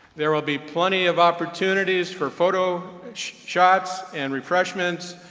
there will be plenty of opportunities for photo shots, and refreshments,